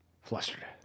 Flustered